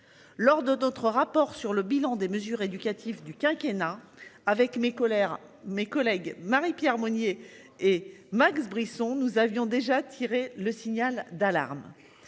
Lors de d'autres rapports sur le bilan des mesures éducatives du quinquennat avec mes colères, mes collègues Marie-Pierre Monnier et Max Brisson. Nous avions déjà tiré le signal d'alarme.